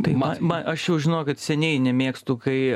tai ma ma aš jau žinokit seniai nemėgstu kai